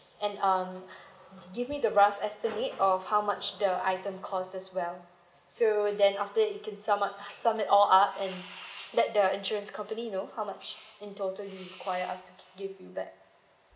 and um give me the rough estimate of how much the item cost as well so then after that you can sum up sum it all up and let the insurance company know how much in total you require us to give you back